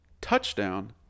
touchdown